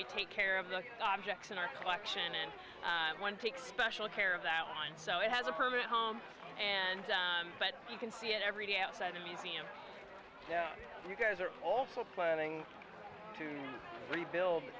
we take care of the objects in our collection and one takes special care of that one so it has a permanent home and but you can see it every day outside the museum you guys are also planning to rebuild